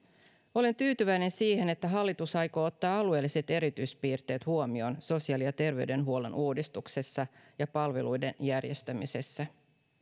olen tyytyväinen siihen että hallitus aikoo ottaa alueelliset erityispiirteet huomioon sosiaali ja terveydenhuollon uudistuksessa ja palveluiden järjestämisessä